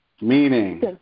Meaning